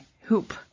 hoop